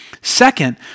Second